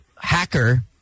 hacker